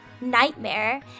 nightmare